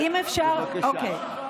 בבקשה.